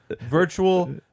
Virtual